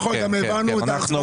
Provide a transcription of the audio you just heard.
נכון, גם העברנו את ההצבעה.